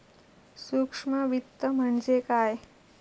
सूक्ष्म वित्त म्हणजे काय?